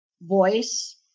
voice